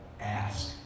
ask